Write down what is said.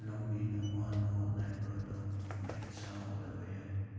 ꯂꯧꯃꯤꯅ ꯋꯥꯅ ꯍꯣꯠꯅꯔꯤꯕ ꯑꯗꯣ ꯃꯍꯩ ꯆꯥꯍꯧꯗꯕ ꯌꯥꯏ